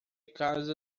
casa